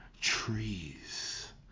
trees